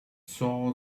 saw